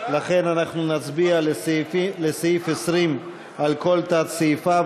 לכן אנחנו נצביע על סעיף 20 על כל תת-סעיפיו,